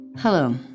Hello